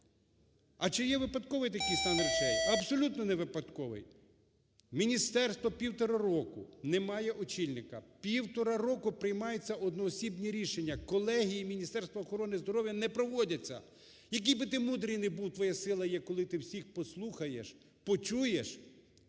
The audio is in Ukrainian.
А чи є випадковий такий стан речей? Абсолютно не випадковий! Міністерство півтора роки не має очільника, півтора роки приймаються одноосібні рішення. Колегії Міністерства охорони здоров'я не проводяться. Який би ти мудрий не був, твоя сила є тоді, коли ти всіх послухаєш, почуєш,